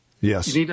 Yes